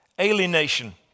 alienation